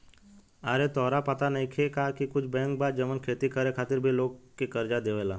आरे तोहरा पाता नइखे का की कुछ बैंक बा जवन खेती करे खातिर भी लोग के कर्जा देवेला